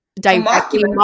directly